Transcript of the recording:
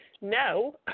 no